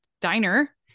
Diner